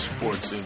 Sports